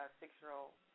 six-year-old